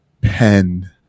pen